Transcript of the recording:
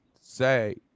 say